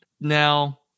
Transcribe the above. now